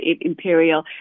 Imperial